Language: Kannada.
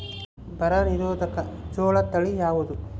ಬರ ನಿರೋಧಕ ಜೋಳ ತಳಿ ಯಾವುದು?